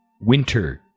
Winter